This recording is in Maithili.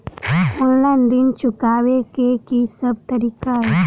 ऑनलाइन ऋण चुकाबै केँ की सब तरीका अछि?